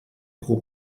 pro